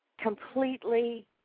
completely